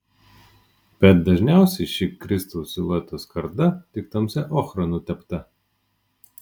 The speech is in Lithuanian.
bet dažniausiai ši kristaus silueto skarda tik tamsia ochra nutepta